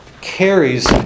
carries